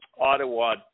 Ottawa